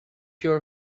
your